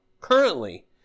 currently